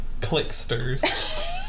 Clicksters